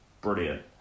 brilliant